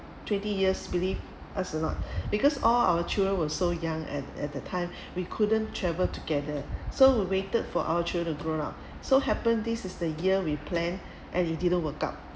twenty years believe us or not because all our children were so young and at the time we couldn't travel together so we waited for our children to grown up so happen this is the year we plan and it didn't work out